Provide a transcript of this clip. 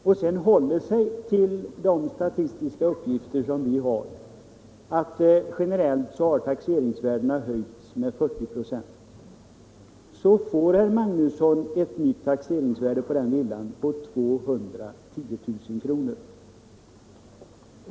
och sedan håller sig till de statistiska uppgifter som vi har, att taxeringsvärdena generellt höjts med 40 96, så får man, herr Magnusson, ett nytt taxeringsvärde för villan på 210 000 kr.